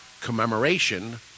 commemoration